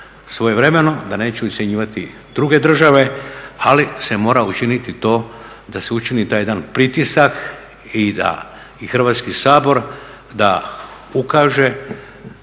svojevremeno da neće ucjenjivati druge države ali se mora učiniti to da se učini taj jedan pritisak i da i Hrvatski sabor da ukaže